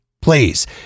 Please